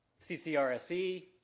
CCRSE